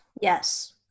Yes